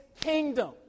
kingdom